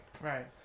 Right